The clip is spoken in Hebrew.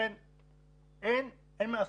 אין מה לעשות,